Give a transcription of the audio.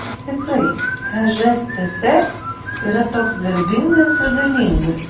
ar tikrai ežtt yra toks garbingas ir galingas